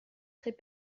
très